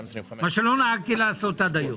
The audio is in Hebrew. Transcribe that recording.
מה שלא נהגתי לעשות עד היום.